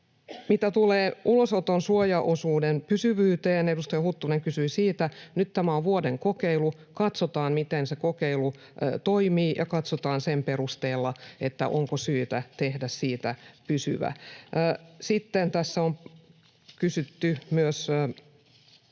Mitä tulee ulosoton suojaosuuden pysyvyyteen — edustaja Huttunen kysyi siitä — tämä on nyt vuoden kokeilu. Katsotaan, miten se kokeilu toimii, ja katsotaan sen perusteella, onko syytä tehdä siitä pysyvä. Sitten tässä on kysytty myös